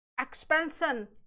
expansion